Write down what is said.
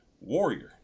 Warrior